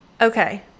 Okay